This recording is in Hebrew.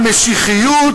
המשיחיות,